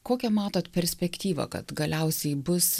kokią matot perspektyvą kad galiausiai bus